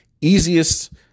easiest